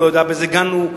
הוא לא יודע באיזה גן הוא,